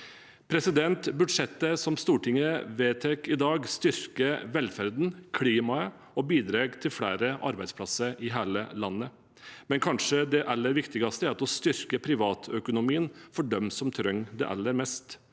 land. Budsjettet som Stortinget vedtar i dag, styrker velferden og klimaet og bidrar til flere arbeidsplasser i hele landet. Men kanskje det aller viktigste er at vi styrker privatøkonomien for dem som trenger det aller mest.